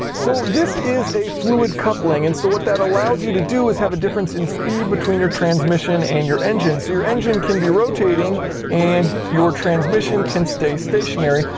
so this is a fluid coupling, and so what that allows you to do is have a difference in speed between your transmission and your engine. so your engine can be rotating and your transmission can stay stationary,